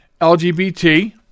LGBT